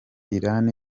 iran